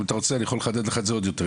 אם אתה רוצה אני יכול לחדד לך את זה עוד יותר.